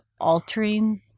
altering